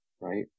right